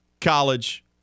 College